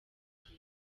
cyane